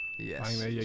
Yes